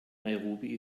nairobi